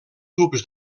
tubs